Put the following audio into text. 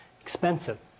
expensive